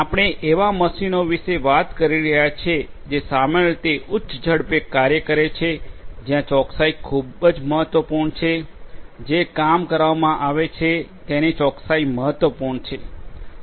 આપણે એવા મશીનો વિશે વાત કરી રહ્યા છીએ જે સામાન્ય રીતે ઉચ્ચ ઝડપે કાર્ય કરે છે જ્યાં ચોકસાઇ ખૂબ જ મહત્વપૂર્ણ છે જે કામ કરવામાં આવે છે તેની ચોકસાઇ મહત્વપૂર્ણ છે